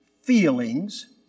feelings